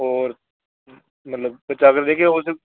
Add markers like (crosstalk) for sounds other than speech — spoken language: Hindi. और मतलब (unintelligible)